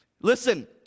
Listen